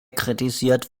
kritisiert